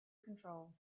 control